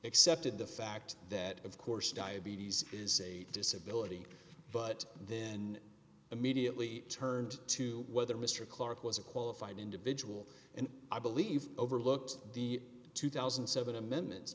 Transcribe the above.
excepted the fact that of course diabetes is a disability but then immediately turned to whether mr clarke was a qualified individual and i believe overlooked the two thousand and seven amendments